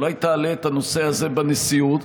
שאולי תעלה את הנושא הזה בנשיאות,